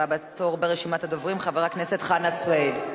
הבא בתור ברשימת הדוברים, חבר הכנסת חנא סוייד.